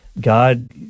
god